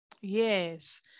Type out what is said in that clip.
Yes